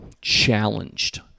challenged